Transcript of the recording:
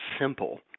simple